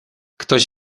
ktoś